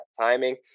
timing